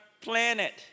planet